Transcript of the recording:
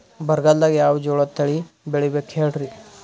ಬರಗಾಲದಾಗ್ ಯಾವ ಜೋಳ ತಳಿ ಬೆಳಿಬೇಕ ಹೇಳ್ರಿ?